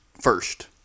first